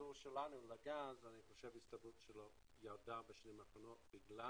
לאזור שלנו לגז, ההסתברות ירדה בגלל